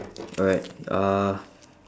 alright uh